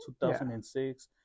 2006